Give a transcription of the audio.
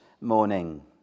morning